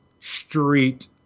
street